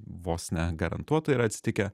vos ne garantuotai yra atsitikę